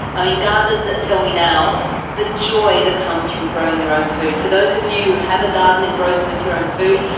i mean, gardeners tell me now the joy that comes from growing your own food for those of you who have a garden and grow some of your own food,